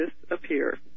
disappear